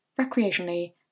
recreationally